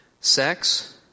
sex